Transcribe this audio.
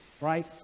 right